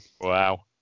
Wow